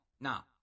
Now